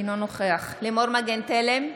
אינו נוכח לימור מגן תלם,